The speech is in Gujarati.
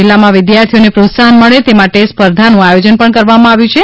જિલ્લામાં વિદ્યાર્થીઓને પ્રોત્સાહન મળે તે માટે સ્પર્ધાઓનું આયોજન પણ કરવામાં આવેલ છે